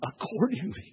accordingly